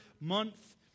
month